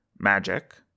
Magic